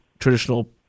Traditional